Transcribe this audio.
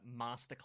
Masterclass